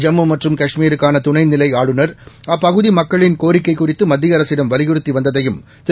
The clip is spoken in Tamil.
ஜம்மு மற்றும் காஷ்மீருக்கான துணைநிலை ஆளுநர் அப்பகுதி மக்களின் கோரிக்கை குறித்து மத்திய அரசிடம் வலியுறுத்தி வந்ததையும் திரு